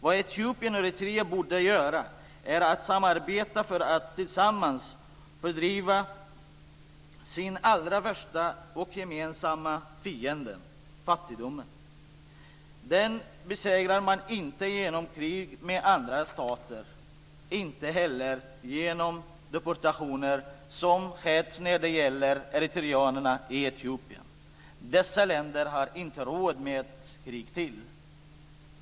Vad Etiopien och Eritrea borde göra är att samarbeta för att tillsammans fördriva sin allra värsta och gemensamma fiende - fattigdomen. Den besegrar man inte genom krig med andra stater. Inte heller genom deportationer som skett när det gäller eritreanerna i Etiopien. Dessa länder har inte råd med ett krig till.